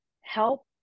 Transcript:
help